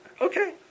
Okay